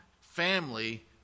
Family